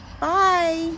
Bye